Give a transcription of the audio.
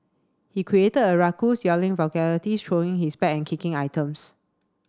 he created a ruckus yelling vulgarity throwing his bag and kicking items